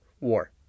war